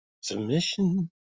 Submission